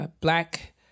black